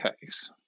case